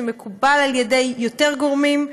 שמקובל על יותר גורמים,